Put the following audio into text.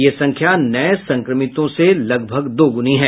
यह संख्या नये संक्रमितों से लगभग दोगुनी है